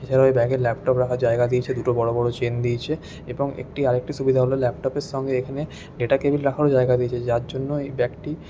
এছাড়াও এই ব্যাগে ল্যাপটপ রাখার জায়গা দিয়েছে দুটো বড়ো বড়ো চেন দিয়েছে এবং একটি আর একটি সুবিধা হল ল্যাপটপের সঙ্গে এখানে ডেটা কেবিল রাখারও জায়গা দিয়েছে যার জন্য এই ব্যাগটি